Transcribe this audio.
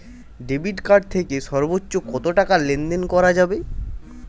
Debit card থেকে সর্বোচ্চ কত টাকা লেনদেন করা যাবে?